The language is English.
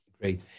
Great